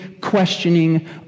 questioning